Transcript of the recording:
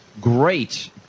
great